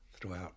throughout